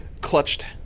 clutched